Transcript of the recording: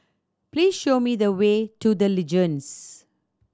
please show me the way to The Legends